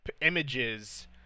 images